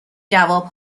جواب